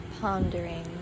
pondering